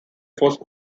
force